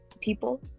people